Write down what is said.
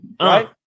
right